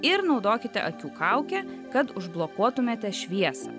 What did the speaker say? ir naudokite akių kaukę kad užblokuotumėte šviesą